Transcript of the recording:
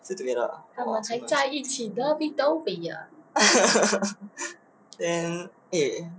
still together ah !wah! then eh